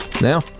now